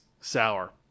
sour